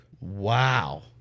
Wow